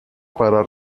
para